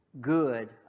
good